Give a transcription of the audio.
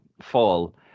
fall